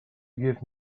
give